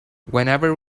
whenever